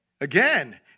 Again